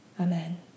Amen